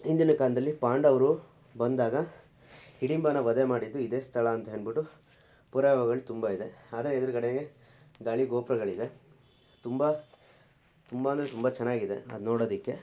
ಹಿಂದಿನ ಕಾಲದಲ್ಲಿ ಪಾಂಡವರು ಬಂದಾಗ ಹಿಡಿಂಬನ ವಧೆ ಮಾಡಿದ್ದು ಇದೇ ಸ್ಥಳ ಅಂತಹೇಳ್ಬಿಟ್ಟು ಪುರಾವೆಗಳು ತುಂಬ ಇದೆ ಅದರ ಎದುರುಗಡೆಗೆ ಗಾಳಿ ಗೋಪುರಗಳಿದೆ ತುಂಬ ತುಂಬಾ ಅಂದರೆ ತುಂಬಾ ಚೆನ್ನಾಗಿದೆ ಅದು ನೋಡೊದಕ್ಕೆ